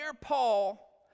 Paul